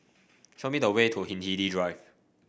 show me the way to Hindhede Drive